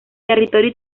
territorio